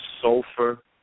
sulfur